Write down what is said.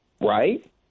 right